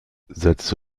setze